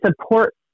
support